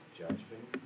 judgment